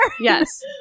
Yes